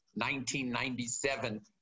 1997